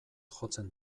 jotzen